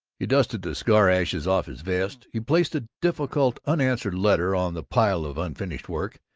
he dusted the cigar-ashes off his vest. he placed a difficult unanswered letter on the pile of unfinished work,